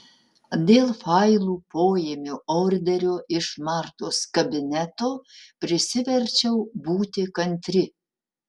dėl failų poėmio orderio iš martos kabineto prisiverčiau būti kantri